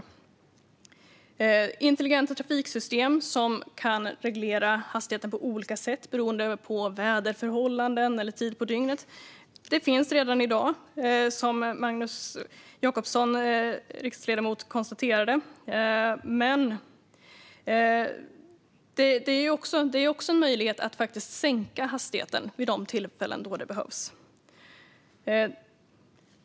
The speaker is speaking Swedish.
Det finns redan i dag intelligenta trafiksystem som kan reglera hastigheten på olika sätt beroende på väderförhållanden eller tid på dygnet, som Magnus Jacobsson konstaterade. Men det är också en möjlighet att faktiskt sänka hastigheten vid de tillfällen då detta behövs.